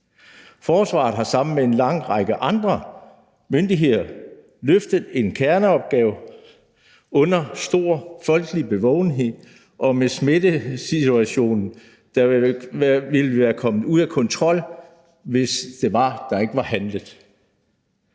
Forsvaret her sammen med en lang række andre myndigheder løftet en kerneopgave under stor folkelig bevågenhed, og smittesituationen ville være kommet ud af kontrol, hvis der ikke var handlet.